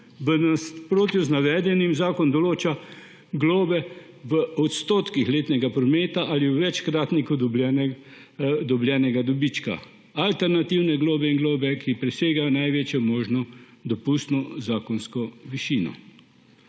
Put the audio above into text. V nasprotju z navedenim zakon določa globe v odstotkih letnega prometa ali v večkratniku dobljenega dobička, alternativne globe in globe, ki presegajo največjo možno dopustno zakonsko višino.